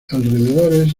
alrededores